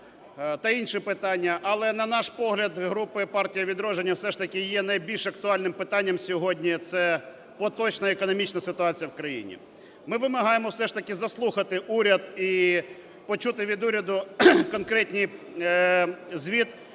та інші питання. Але, на наш погляд, групи "Партія "Відродження", все ж таки є найбільш актуальним питанням сьогодні - це поточна економічна ситуація в країні. Ми вимагаємо все ж таки заслухати уряд і почути від уряду конкретний звіт,